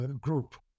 group